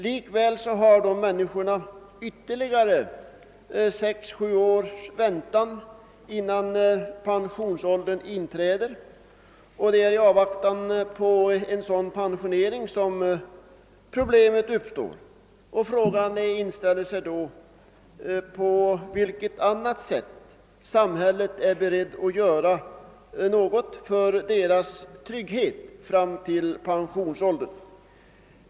Likväl har dessa människor ytterligare sex, sju år till pensionsålderns inträde, och det är i avvaktan på en sådan pensionering som försörjningsproblemet uppstår. Frågan inställer sig då, på vilket annat sätt samhället är berett att göra något för deras trygghet fram till pensionsåldern.